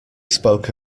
spoke